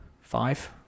five